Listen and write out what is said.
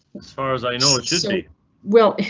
as far as i know, like jesse. well,